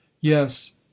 yes